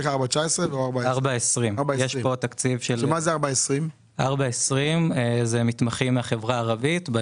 4-20. אלה מתמחים בהייטק מהחברה הערבית.